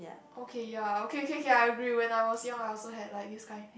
okay ya okay okay okay I agree when I was young I also had like this kind